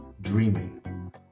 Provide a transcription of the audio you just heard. dreaming